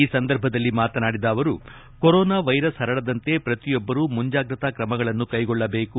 ಈ ಸಂದರ್ಭದಲ್ಲಿ ಮಾತನಾಡಿದ ಅವರು ಕೊರೋನಾ ವೈರಸ್ ಹರಡದಂತೆ ಪ್ರತಿಯೊಬ್ಬರೂ ಮುಂಜಾಗೃತಾ ಕ್ರಮಗಳನ್ನು ಕೈಗೊಳ್ಳಬೇಕು